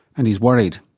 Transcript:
and he's worried.